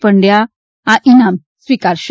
પંડ્યા આ સ્નામ સ્વીકારશે